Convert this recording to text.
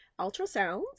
ultrasounds